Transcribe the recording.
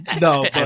No